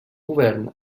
govern